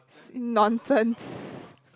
nonsense